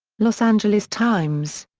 los angeles times.